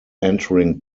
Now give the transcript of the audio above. entering